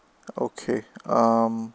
okay um